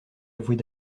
avouer